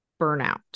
burnout